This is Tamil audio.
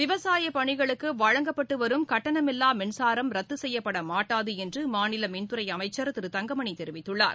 விவசாயபணிகளுக்குவழங்கப்பட்டுவரும் கட்டணமில்லாமின்சாரம் ரத்துசெய்யப்படமாட்டாதுஎன்றுமாநிலமின்துறைஅமைச்சர் திரு தங்கமணிதெரிவித்துள்ளார்